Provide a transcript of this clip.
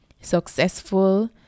successful